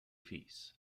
fees